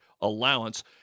allowance